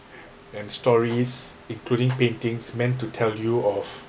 and stories including paintings meant to tell you of